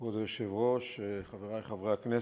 כבוד היושב-ראש, חברי חברי הכנסת,